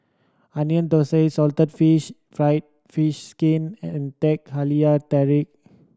Onion Thosai salted fish fried fish skin and Teh Halia Tarik